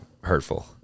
hurtful